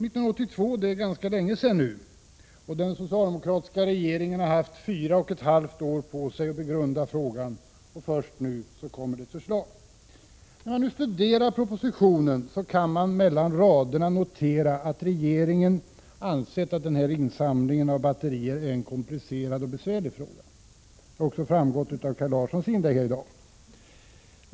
Det är ganska länge sedan, och den socialdemokratiska regeringen har haft fyra och ett halvt år på sig att begrunda frågan. Först nu kommer ett förslag. När man studerar propositionen kan man läsa mellan raderna att regeringen har insett att insamlingen av batterier är en komplicerad och besvärlig fråga. Det har också framgått av Kaj Larssons inlägg här i dag.